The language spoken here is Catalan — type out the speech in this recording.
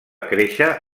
créixer